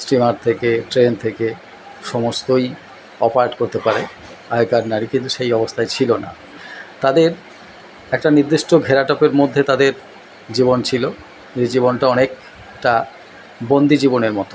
steamer থেকে train থেকে সমস্তই অপারেট করতে পারে আগেকার নারী কিন্তু সেই অবস্তায় ছিলো না তাদের একটা নির্দিষ্ট ঘেরাটোপের মধ্যে তাদের জীবন ছিলো যে জীবনটা অনেকটা বন্দি জীবনের মতো